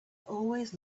always